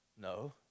no